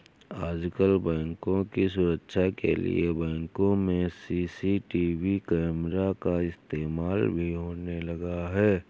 आजकल बैंकों की सुरक्षा के लिए बैंकों में सी.सी.टी.वी कैमरा का इस्तेमाल भी होने लगा है